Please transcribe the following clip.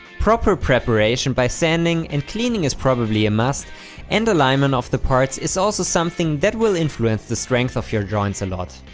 proper preparation by sanding and cleaning is probably a must and alignment of the parts is also something that will influence the strength of your joint a lot.